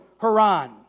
Haran